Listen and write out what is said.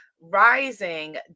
rising